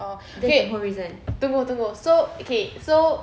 oh wait tunggu tunggu so okay so